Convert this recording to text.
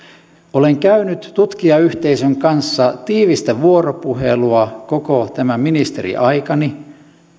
olen käynyt tutkijayhteisön kanssa tiivistä vuoropuhelua koko tämän ministeriaikani